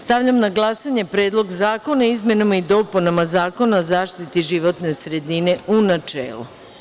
Stavljam na glasanje Predlog zakona o izmenama i dopunama Zakona o zaštiti životne sredine, u načelu.